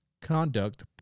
conduct